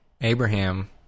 Abraham